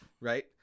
Right